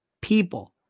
people